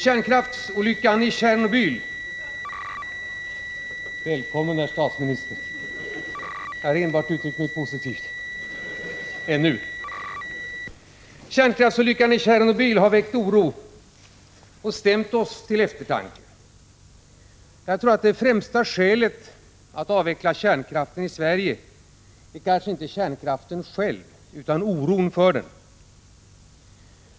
Jag ser att statsministern nu kommer in i kammaren: Välkommen, herr statsminister! Jag har enbart uttryckt mig positivt, hittills. Kärnkraftsolyckan i Tjernobyl har väckt oro och stämt oss till eftertanke. Jag tror att det främsta skälet att avveckla kärnkraften i Sverige kanske inte främst vore kärnkraften själv, utan oron för den.